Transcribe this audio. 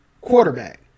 quarterback